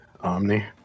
Omni